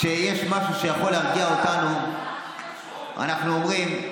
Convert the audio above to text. כשיש משהו שיכול להרגיע אותנו אנחנו אומרים: